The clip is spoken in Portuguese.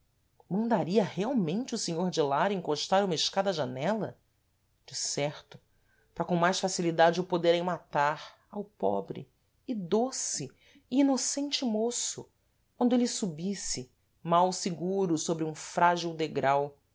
mandaria realmente o senhor de lara encostar uma escada à janela de certo para com mais facilidade o poderem matar ao pobre e doce e inocente môço quando êle subisse mal seguro sôbre um frágil degrau